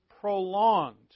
prolonged